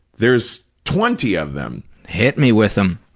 there's twenty of them. hit me with them.